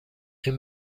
این